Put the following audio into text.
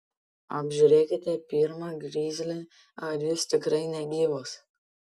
apžiūrėkite pirma grizlį ar jis tikrai negyvas